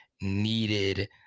needed –